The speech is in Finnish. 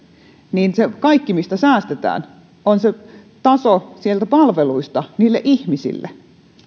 kaikki mistä säästetään on se taso sieltä palveluista niille ihmisille